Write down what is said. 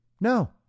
No